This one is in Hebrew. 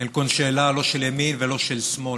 אין כל שאלה, לא של ימין ולא של שמאל.